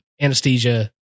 anesthesia